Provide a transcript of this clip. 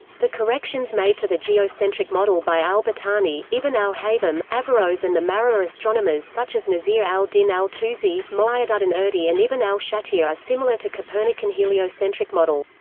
the corrections made to the geocentric model by al-battani, ibn al-haytham, averroes and the maragha astronomers such as nasir al-din al-tusi, mo'ayyeduddin urdi and ibn al-shatir are similar to copernican heliocentric model.